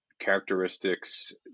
characteristics